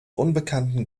unbekannten